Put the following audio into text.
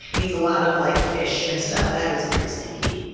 eats a lot of like fish and stuff. that is pretty stinky.